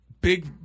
big